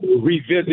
revisit